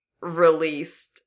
released